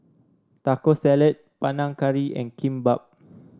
Taco Salad Panang Curry and Kimbap